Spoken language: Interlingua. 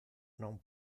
non